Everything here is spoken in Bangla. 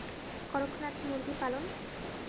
করকনাথ মুরগি পালন?